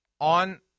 on